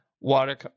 water